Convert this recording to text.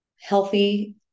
healthy